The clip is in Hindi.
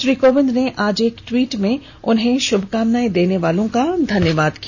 श्री कोविंद ने आज एक ट्वीट में उन्हें श्भकामनाएं देने वालों का धन्यवाद किया